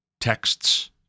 texts